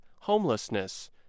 homelessness